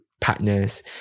partners